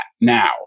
now